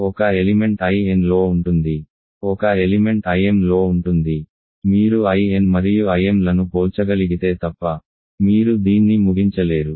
ఒక ఎలిమెంట్ Inలో ఉంటుంది ఒక ఎలిమెంట్ Imలో ఉంటుంది మీరు In మరియు Im లను పోల్చగలిగితే తప్ప మీరు దీన్ని ముగించలేరు